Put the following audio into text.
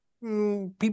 People